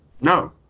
No